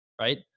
right